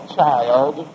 child